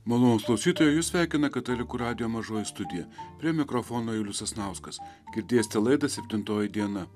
malonūs klausytojai jus sveikina katalikų radijo mažoji studija prie mikrofono julius sasnauskas girdėsite laidą septintoji diena